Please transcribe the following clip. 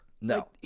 No